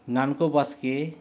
ᱱᱟᱱᱠᱳ ᱵᱟᱥᱠᱮ